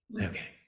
Okay